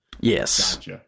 yes